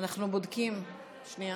אנחנו בודקים, שנייה.